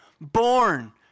born